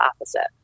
opposite